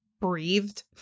breathed